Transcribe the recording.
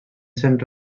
sent